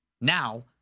Now